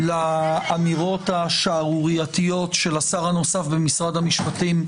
לאמירות השערורייתיות של השר הנוסף במשרד המשפטים,